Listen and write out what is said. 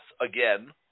again